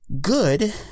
good